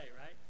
right